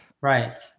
Right